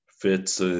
fits